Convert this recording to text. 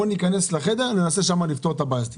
בואו ניכנס לחדר, ננסה שם לפתור את הבעיה הזאת.